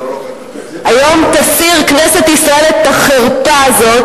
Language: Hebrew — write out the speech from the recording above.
היום תסיר כנסת ישראל את החרפה הזאת,